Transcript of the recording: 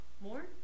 more